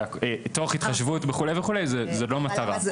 תוך התחשבות וכולי וכולי, זאת לא מטרה.